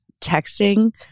texting